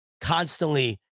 constantly